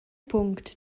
punct